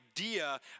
idea